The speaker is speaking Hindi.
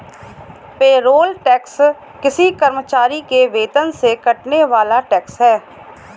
पेरोल टैक्स किसी कर्मचारी के वेतन से कटने वाला टैक्स है